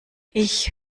ich